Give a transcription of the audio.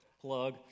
Plug